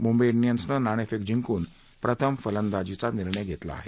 मुंबई डियन्सनं नाणेफेक जिंकून प्रथम फलंदाजीचा निर्णय घेतला आहे